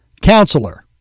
Counselor